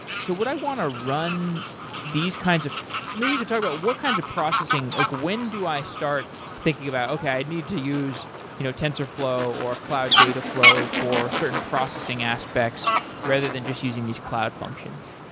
so what i want to run these kinds of maybe you could talk about what kinds of processing like when do i start thinking about, okay. i need to use your you know tensorflow, or a cloud dataflow for certain processing aspects rather than just using these cloud functions.